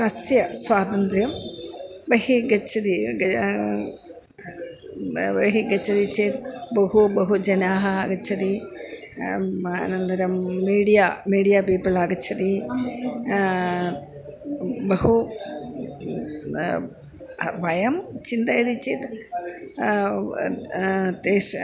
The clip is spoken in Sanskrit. तस्य स्वातन्त्र्यं बहिः गच्छति बहिः गच्छति चेत् बहवः बहवः जनाः आगच्छन्ति अनन्तरं मीडिया मीडिया पीपळ् आगच्छन्ति बहु वयं चिन्तयन्ति चेत् तेषाम्